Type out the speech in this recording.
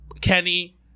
Kenny